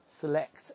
select